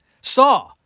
Saw